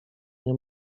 nie